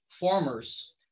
farmers